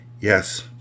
Yes